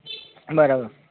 બરાબર